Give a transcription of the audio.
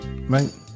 right